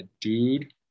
dude